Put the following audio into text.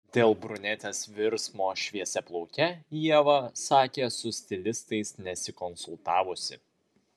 dėl brunetės virsmo šviesiaplauke ieva sakė su stilistais nesikonsultavusi